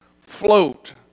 float